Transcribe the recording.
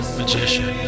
magician